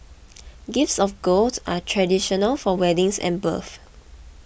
gifts of gold are traditional for weddings and births